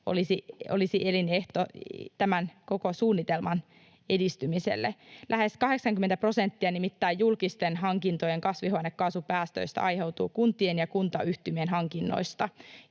olisi elinehto tämän koko suunnitelman edistymiselle. Nimittäin lähes 80 prosenttia julkisten hankintojen kasvihuonekaasupäästöistä aiheutuu kuntien ja kuntayhtymien hankinnoista